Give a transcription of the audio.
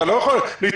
אתה לא יכול להתחמק.